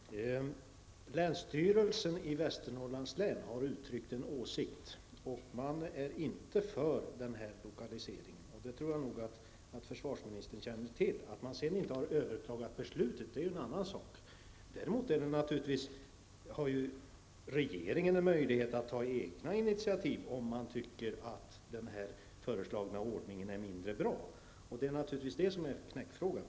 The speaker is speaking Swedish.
Herr talman! Länsstyrelsen i Västernorrlands län har uttryckt en åsikt, och man är inte för denna lokalisering. Jag tror att försvarsministern känner till det. Att man inte har överklagat beslutet är en annan sak. Däremot har regeringen möjlighet att ta egna initiativ om man tycker att den föreslagna ordningen är mindre bra, och det är det som är knäckfrågan.